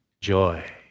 joy